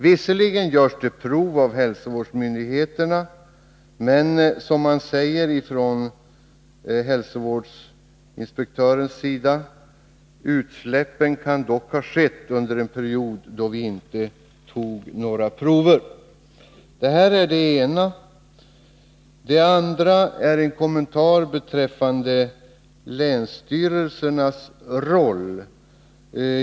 Visserligen tar hälsovårdsmyndigheterna prover, men hälsovårdsinspektören säger: Utsläppen kan dock ha skett under en period då vi inte tog några prover. Detta är det ena. Det andra är en kommentar beträffande länsstyrelsernas roll.